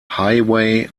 highway